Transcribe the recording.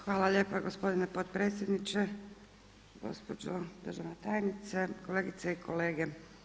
Hvala lijepa gospodine potpredsjedniče, gospođo državna tajnice, kolegice i kolege.